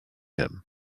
him